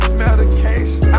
medication